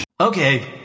Okay